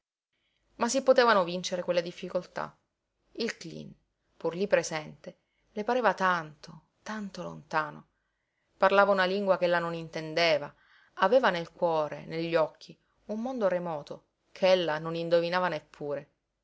ma si potevano vincere quelle difficoltà il cleen pur lí presente le pareva tanto tanto lontano parlava una lingua ch'ella non intendeva aveva nel cuore negli occhi un mondo remoto ch'ella non indovinava neppure